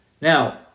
Now